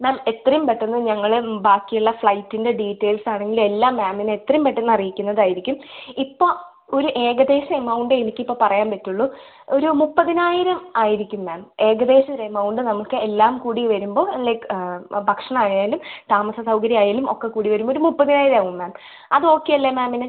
മാം എത്രയും പെട്ടെന്ന് ഞങ്ങൾ ബാക്കിയുള്ള ഫ്ലൈറ്റിൻ്റെ ഡീറ്റെയിൽസ് ആണെങ്കിൽ എല്ലാം മാമിന് എത്രയും പെട്ടെന്ന് അറിയിക്കുന്നതായിരിക്കും ഇപ്പോൾ ഒരു ഏകദേശം എമൗണ്ടേ എനിക്കിപ്പോൾ പറയാൻ പറ്റുള്ളൂ ഒരു മുപ്പതിനായിരം ആയിരിക്കും മാം ഏകദേശം ഒരു എമൗണ്ട് നമുക്ക് എല്ലാം കൂടി വരുമ്പോൾ ലൈക്ക് ഭക്ഷണമായാലും താമസ സൗകര്യമായാലും ഒക്കെ കൂടി വരുമ്പോൾ ഒരു മുപ്പതിനായിരം ആവും മാം അത് ഓക്കെ അല്ലേ മാമിന്